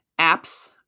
apps